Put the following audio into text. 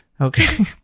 Okay